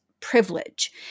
privilege